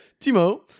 Timo